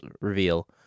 reveal